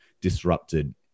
disrupted